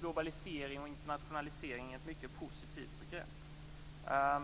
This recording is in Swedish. globalisering och internationalisering ett mycket positivt begrepp.